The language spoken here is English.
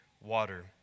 water